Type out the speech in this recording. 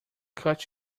cut